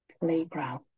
playground